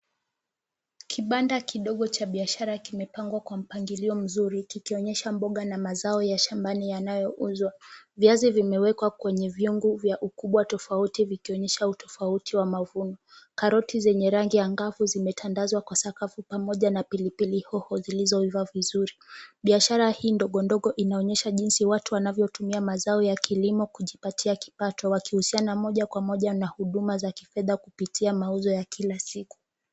Kibanda kidogo cha biashara kimepangwa kwa mpangilio mzuri. Kikionyesha mboga na mazao ya shambani yanayo uzwa. Viazi vimewekwa kwenye vyungu vya ukubwa tofauti vikionyesha utofauti wa mavuno. Karoti zenye rangi angavu zimetandazwa kwa sakafu pamoja na pilipili hoho zilizo iva vizuri. Biashara hii ndogo ndogo inaonyesha jinsi watu wanavyotumia mazao ya kilimo kujipatia kipato wakiuziana moja kwa moja na huduma za kifedha kupitia mauzo ya kila siku.